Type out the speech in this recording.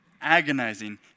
agonizing